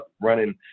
running